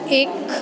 एक